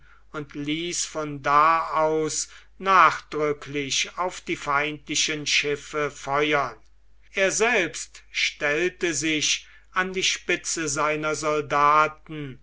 und ließ von da aus nachdrücklich auf die feindlichen schiffe feuern er selbst stellte sich an die spitze seiner soldaten